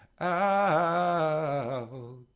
out